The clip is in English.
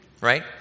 right